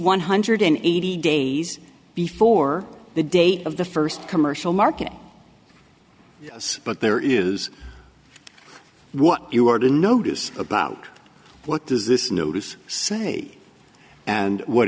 one hundred eighty days before the date of the first commercial market yes but there is what you are to notice about what does this notice say and what